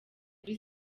kuri